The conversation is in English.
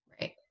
right